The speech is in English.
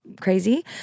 crazy